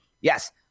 Yes